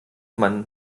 man